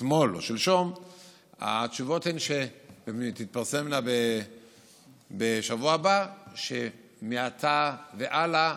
אתמול או שלשום שהתשובות שתתפרסמנה בשבוע הבא הן שמעתה והלאה